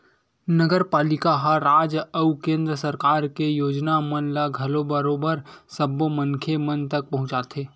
नगरपालिका ह राज अउ केंद्र सरकार के योजना मन ल घलो बरोबर सब्बो मनखे मन तक पहुंचाथे